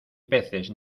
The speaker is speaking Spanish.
peces